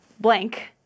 blank